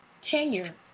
tenure